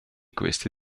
queste